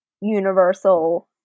universal